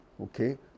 Okay